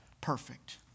perfect